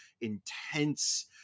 intense